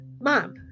Mom